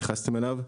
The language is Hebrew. נושא אליו התייחסתם,